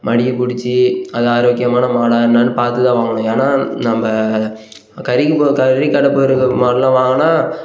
மடியை பிடிச்சி அது ஆரோக்கியமான மாடா என்னென்னு பார்த்துதான் வாங்கணும் ஏன்னா நம்ம கறிக்கு போ கறிக்கடை போய்ருக்க மாடெல்லாம் வாங்கினா